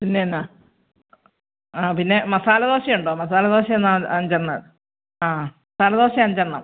പിന്നെ എന്നാൽ ആ പിന്നെ മസാലദോശയുണ്ടോ മസാലദോശ എന്നാൽ അഞ്ചെണ്ണം ആ മസാലദോശ അഞ്ചെണ്ണം